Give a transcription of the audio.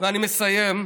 אני מסיים,